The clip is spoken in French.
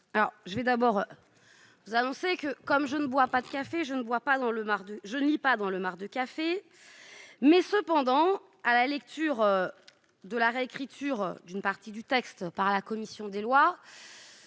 Je vais d'abord vous annoncer que, comme je ne bois pas de café, je ne lis pas dans le marc de café. Cependant, en prenant connaissance de la réécriture d'une partie du texte par la commission des lois,